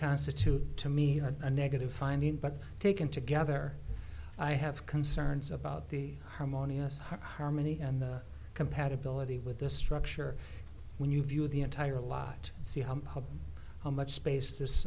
constitute to me a negative finding but taken together i have concerns about the harmonious harmony and compatibility with the structure when you view the entire lot see how how much space this